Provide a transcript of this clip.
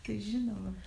kai žinoma